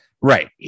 Right